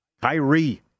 Kyrie